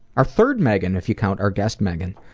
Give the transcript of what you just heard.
our third megan if you count our guest megan.